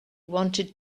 wanted